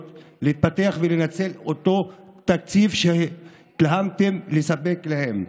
להתפתח ולנצל אותו תקציב שהתלהבתם לספק להם.